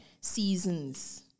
seasons